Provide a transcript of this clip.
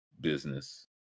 business